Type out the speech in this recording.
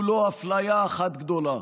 אפליה אחת גדולה.